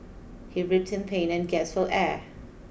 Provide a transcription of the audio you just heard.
he writhed in pain and gasped for air